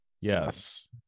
Yes